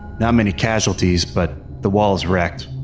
not many casualties, but the wall's wrecked.